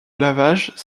lavage